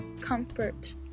comfort